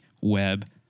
web